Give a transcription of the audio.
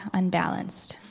unbalanced